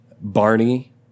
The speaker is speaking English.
Barney